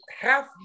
half